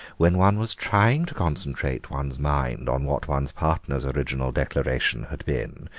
when one was trying to concentrate one's mind on what one's partner's original declaration had been,